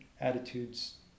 attitudes